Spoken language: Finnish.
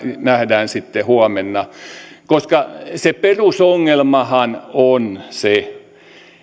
nähdään sitten huomenna koska se perusongelmahan on se